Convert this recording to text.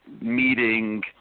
meeting